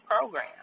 program